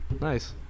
Nice